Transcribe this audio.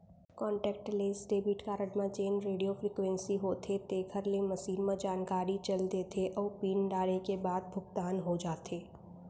contactless debit card म जेन radio frequency होथे तेकर ले मसीन म जानकारी चल देथे अउ पिन डारे के बाद भुगतान हो जाथे